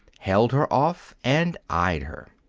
held her off and eyed her.